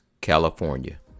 California